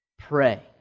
Pray